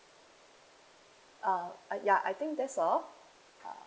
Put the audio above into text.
uh uh ya I think that's all